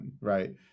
right